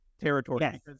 territory